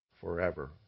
forever